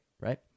right